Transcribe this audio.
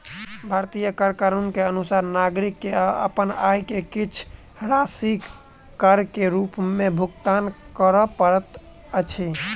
भारतीय कर कानून के अनुसार नागरिक के अपन आय के किछ राशि कर के रूप में भुगतान करअ पड़ैत अछि